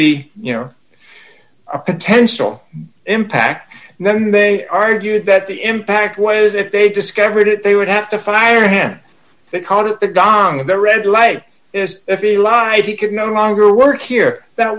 be you know a potential impact and then they argued that the impact was if they discovered it they would have to fire him they called it the ganga the red light is if he lied he could no longer work here that